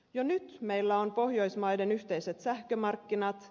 jo nyt meillä on pohjoismaiden yhteiset sähkömarkkinat